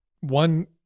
one